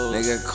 Nigga